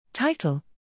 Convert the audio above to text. Title